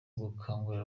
gukangurira